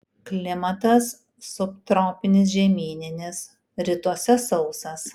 klimatas subtropinis žemyninis rytuose sausas